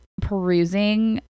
perusing